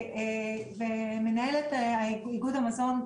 ומנהלת איגוד המזון,